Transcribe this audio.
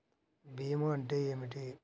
భీమా అంటే ఏమిటి?